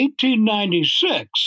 1896